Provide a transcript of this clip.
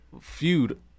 feud